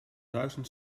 duizend